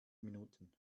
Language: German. minuten